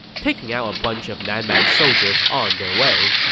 taking out a bunch of nan man soldiers on their way.